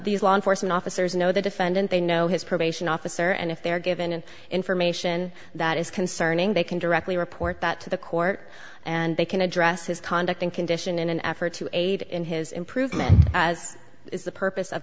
these law enforcement officers know the defendant they know his probation officer and if they are given information that is concerning they can directly report that to the court and they can address his conduct and condition in an effort to aid in his improvement as is the purpose of